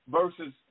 versus